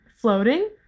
floating